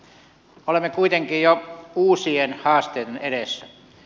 me olemme kuitenkin jo uusien haasteiden edessä